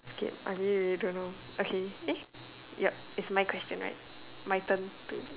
scared I really really don't know okay yup is my question right my turn to